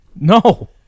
No